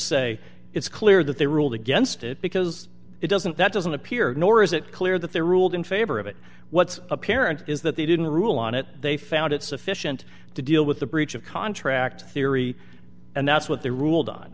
say it's clear that they ruled against it because it doesn't that doesn't appear nor is it clear that they're ruled in favor of it what's apparent is that they didn't rule on it they found it sufficient to deal with the breach of contract theory and that's what they ruled on